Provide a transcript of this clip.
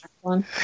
one